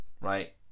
right